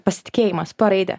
pasitikėjimas p raide